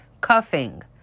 Cuffing